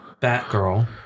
Batgirl